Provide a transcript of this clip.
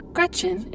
Gretchen